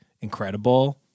incredible